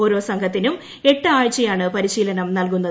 ഓരോ സംഘത്തിനും എട്ട് ആഴ്ചയാണ് പരിശീലനം നൽകുന്നത്